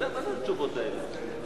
מה זה התשובות האלה?